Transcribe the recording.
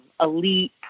elite